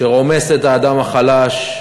שרומס את האדם החלש,